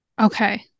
Okay